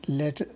let